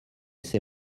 ces